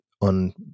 on